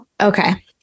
Okay